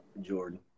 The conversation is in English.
Jordan